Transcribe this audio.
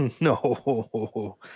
No